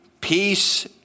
peace